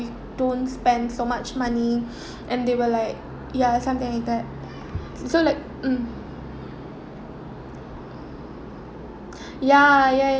~ou don't spend so much money and they will like ya something like that so like mm ya ya